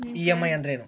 EMI ಅಂದ್ರೇನು?